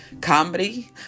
comedy